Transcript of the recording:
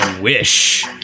wish